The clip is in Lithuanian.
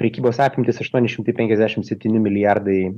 prekybos apimtys aštuoni šimtai penkiasdešimt septyni milijardai